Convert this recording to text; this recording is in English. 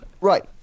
Right